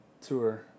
tour